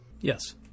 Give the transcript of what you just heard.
Yes